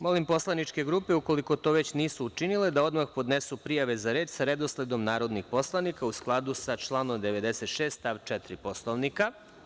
Molim poslaničke grupe, ukoliko to već nisu učinile, da odmah podnesu prijave za reč sa redosledom narodnih poslanika u skladu sa članom 96. stav 4. Poslovnika.